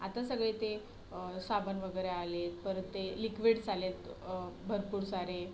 आता सगळे ते साबण वगैरे आले आहेत परत ते लिक्विड्स आले आहेत भरपूर सारे